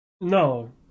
No